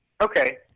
okay